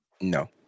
No